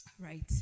Right